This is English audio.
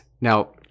Now